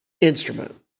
instrument